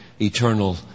eternal